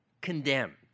condemned